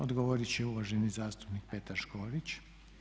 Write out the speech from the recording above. Odgovoriti će uvaženi zastupnik Petar Škorić.